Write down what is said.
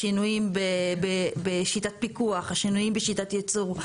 שינויים בשיטת פיקוח, שינויים בשיטת ייצור.